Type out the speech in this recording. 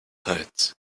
toads